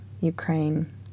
Ukraine